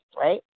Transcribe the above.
right